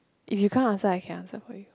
if you can't answer I can answer for you